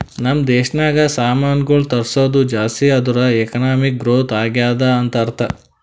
ನಮ್ ದೇಶನಾಗ್ ಸಾಮಾನ್ಗೊಳ್ ತರ್ಸದ್ ಜಾಸ್ತಿ ಆದೂರ್ ಎಕಾನಮಿಕ್ ಗ್ರೋಥ್ ಆಗ್ಯಾದ್ ಅಂತ್ ಅರ್ಥಾ